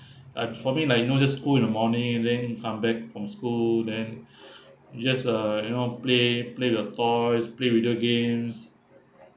I for me like you know just school in the morning then come back from school then just uh you know play play the toys play video games